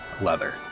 leather